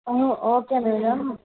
okay madam